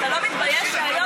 אתה לא מתבייש שהיום,